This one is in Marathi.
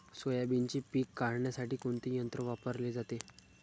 सोयाबीनचे पीक काढण्यासाठी कोणते यंत्र वापरले जाते?